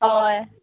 अय